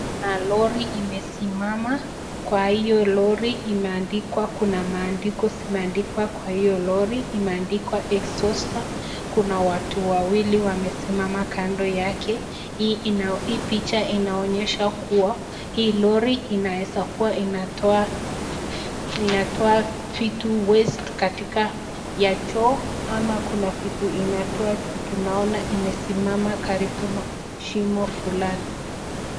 Kuna lori imesimama, kwa hio lori imeandikwa kuna maandiko zimeandikwa kwa hio lori, imeandikwa exhauster . Kuna watu wawili wamesimama kando yake, hii picha inaonyesha kuwa, hii lori inaweza kuwa inatoa vitu waste katika ya choo, ama kuna vitu inatoa vitu naona imesimama karibu na shimo fulani.